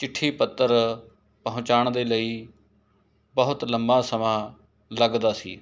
ਚਿੱਠੀ ਪੱਤਰ ਪਹੁੰਚਾਉਣ ਦੇ ਲਈ ਬਹੁਤ ਲੰਮਾ ਸਮਾਂ ਲੱਗਦਾ ਸੀ